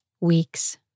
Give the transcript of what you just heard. weeks